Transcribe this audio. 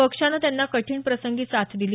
पक्षानं त्यांना कठीण प्रसंगी साथ दिली